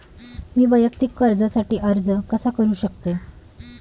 मी वैयक्तिक कर्जासाठी अर्ज कसा करु शकते?